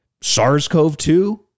SARS-CoV-2